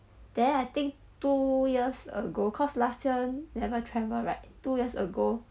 then I think two years ago cause last year never travel right two years ago